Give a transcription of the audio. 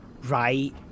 right